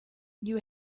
you